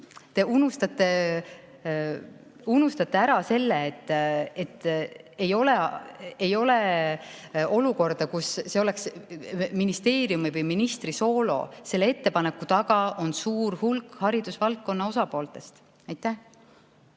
Te unustate ära selle, et see ei ole olukord, kus oleks ministeeriumi või ministri soolo. Selle ettepaneku taga on suur hulk haridusvaldkonna osalistest. Margit